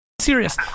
serious